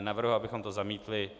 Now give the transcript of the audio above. Navrhuji, abychom to zamítli.